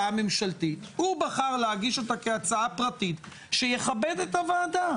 ההצעה מבקשת להוסיף שלא תפורסם פקודה מסוימת אם המפכ"ל,